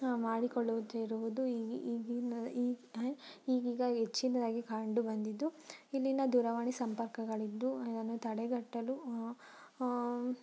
ಮಾಡಿಕೊಳ್ಳುವುದಿರುವುದು ಈಗಿನ ಈ ಅಯ್ ಈಗೀಗ ಹೆಚ್ಚಿನದಾಗಿ ಕಂಡುಬಂದಿದ್ದು ಇಲ್ಲಿನ ದೂರವಾಣಿ ಸಂಪರ್ಕಗಳಿದ್ದು ಇದನ್ನು ತಡೆಗಟ್ಟಲು